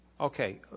Okay